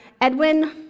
Edwin